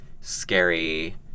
scary